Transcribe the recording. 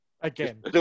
Again